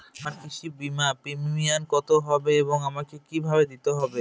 আমার কৃষি বিমার প্রিমিয়াম কত হবে এবং আমাকে কি ভাবে দিতে হবে?